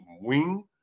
wing